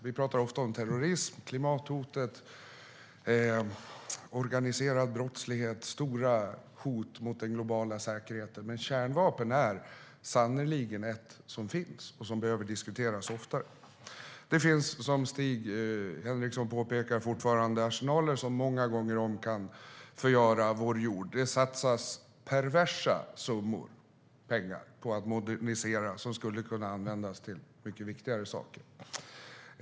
Vi pratar ofta om terrorism, klimathotet, organiserad brottslighet - stora hot mot den globala säkerheten - men kärnvapen är sannerligen ett hot som finns och som behöver diskuteras oftare. Det finns, som Stig Henriksson påpekar, fortfarande arsenaler som kan förgöra vår jord många gånger om. Det satsas perversa summor på att modernisera. De pengarna skulle kunna användas till mycket viktigare saker.